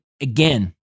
again